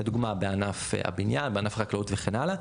לדוגמא בענף הבניין, בענף החקלאות וכן הלאה.